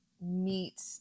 meet